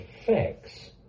effects